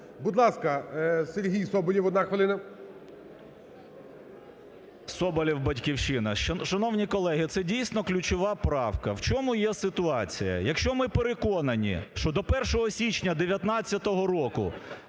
Будь ласка, Сергій Соболєв одна хвилина. 16:42:19 СОБОЛЄВ С.В. Соболєв, "Батьківщина". Шановні колеги, це дійсно ключова правка. В чому є ситуація? Якщо ми переконані, що 1 січня 2019 року